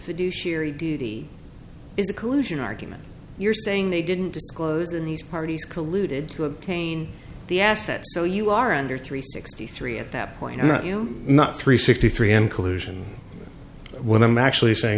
fiduciary duty is a collision argument you're saying they didn't disclose in these parties colluded to obtain the assets so you are under three sixty three at that point not you not three sixty three in collusion when i'm actually saying